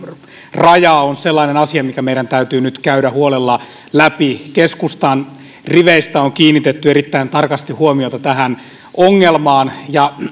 raja on sellainen asia mikä meidän täytyy nyt käydä huolella läpi keskustan riveistä on kiinnitetty erittäin tarkasti huomiota tähän ongelmaan ja